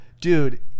dude